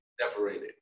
Separated